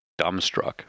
dumbstruck